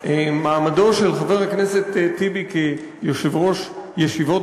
שמעמדו של חבר הכנסת טיבי כיושב-ראש ישיבות